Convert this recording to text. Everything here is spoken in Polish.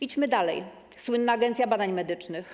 Idźmy dalej, słynna Agencja Badań Medycznych.